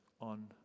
on